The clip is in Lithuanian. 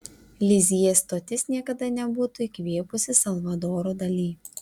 lizjė stotis niekada nebūtų įkvėpusi salvadoro dali